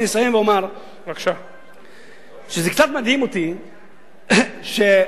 אני אסיים ואומר שזה קצת מדהים אותי שההתייחסות